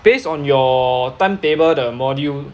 based on your timetable 的 module